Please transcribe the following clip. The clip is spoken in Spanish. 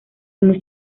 muy